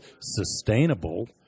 sustainable